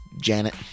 janet